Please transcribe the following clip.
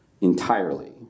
entirely